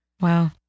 Wow